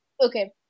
Okay